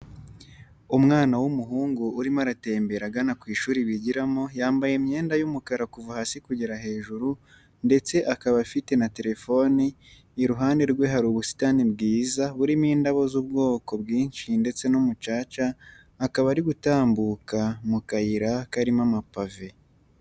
Umwana w'umuhungu urimo aratembera agana ku ishuri bigiramo, yambaye imyenda y'umukara kuva hasi kugera hejuru ndetse akaba afite na telefoni, iruhande rwe hari ubusitani bwiza burimo indabo z'ubwoko bwinshi ndetse n'umucaca akaba ari gutambuka mu kayira karimo amapave.